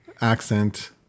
accent